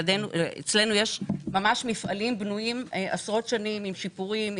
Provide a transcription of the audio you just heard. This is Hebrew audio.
אצלנו יש ממש מפעלים בנויים עשרות שנים עם שיפורים,